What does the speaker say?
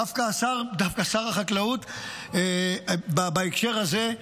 דווקא שר החקלאות, בהקשר הזה,